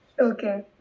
Okay